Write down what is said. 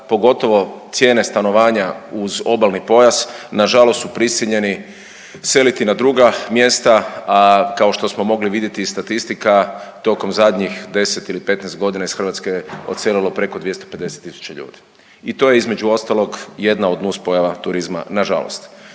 pogotovo cijene stanovanja uz obalni pojas na žalost su prisiljeni seliti na druga mjesta, a kao što smo mogli vidjeti statistika tokom zadnjih 10 ili 15 godina iz Hrvatske je odselilo preko 250 tisuća ljudi i to je između ostalog jedna od nuspojava turizma nažalost.